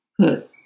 put